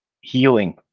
healing